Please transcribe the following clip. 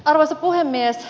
arvoisa puhemies